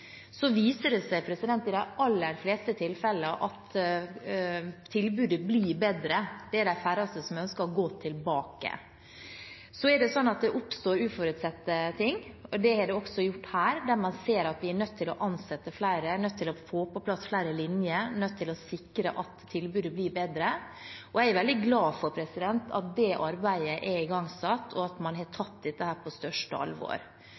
Så viser det seg i de aller fleste tilfellene at tilbudet blir bedre – det er de færreste som ønsker å gå tilbake. Så er det sånn at det oppstår uforutsette ting. Det har det også gjort her, da man ser at man er nødt til å ansette flere, nødt til å få på plass flere linjer, nødt til å sikre at tilbudet blir bedre. Jeg er veldig glad for at det arbeidet er igangsatt, og at man har tatt dette på største alvor.